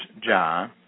John